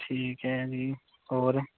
ठीक ऐ जी होर